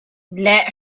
let